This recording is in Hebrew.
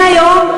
מהיום,